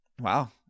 Wow